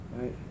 Right